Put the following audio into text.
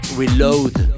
reload